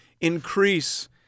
increase